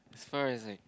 as far as I